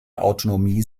autonomie